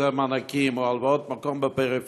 זה במענקים או הלוואות מקום בפריפריה,